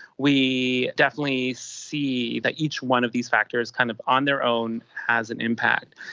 we definitely see that each one of these factors kind of on their own has an impact.